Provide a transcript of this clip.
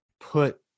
put